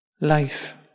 life